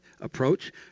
approach